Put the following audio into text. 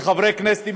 כחברי כנסת,